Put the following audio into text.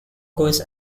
goes